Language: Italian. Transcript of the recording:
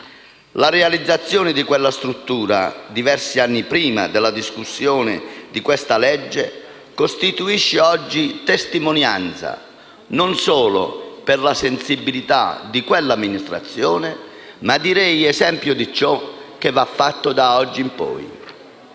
La realizzazione di quella struttura, diversi anni prima della discussione di questo provvedimento, costituisce oggi testimonianza non solo della sensibilità di quella amministrazione, ma direi esempio di ciò che va fatto da oggi in poi,